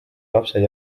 lapsed